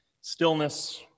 Stillness